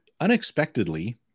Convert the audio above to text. unexpectedly